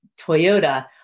Toyota